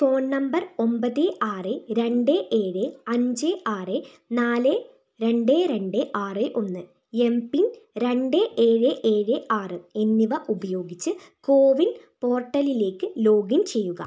phone number ഒമ്പത് ആറ് രണ്ട് ഏഴ് അഞ്ച് ആറ് നാല് രണ്ട് രണ്ട് ആറ് ഒന്ന് എം പിൻ രണ്ട് ഏഴ് ഏഴ് ആറ് എന്നിവ ഉപയോഗിച്ച് കോവിൻ പോർട്ടലിലേക്ക് ലോഗിൻ ചെയ്യുക